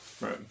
Right